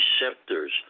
receptors